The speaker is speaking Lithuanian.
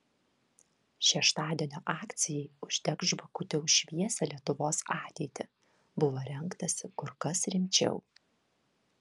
šeštadienio akcijai uždek žvakutę už šviesią lietuvos ateitį buvo rengtasi kur kas rimčiau